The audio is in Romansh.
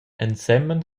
ensemen